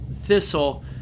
thistle